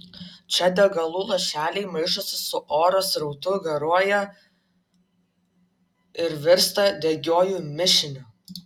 čia degalų lašeliai maišosi su oro srautu garuoja ir virsta degiuoju mišiniu